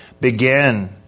begin